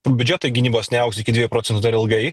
biudžetai gynybos neaugs iki dviejų procentų dar ilgai